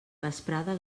vesprada